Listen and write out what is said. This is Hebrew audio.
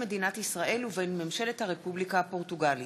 מדינת ישראל ובין ממשלת הרפובליקה הפורטוגלית.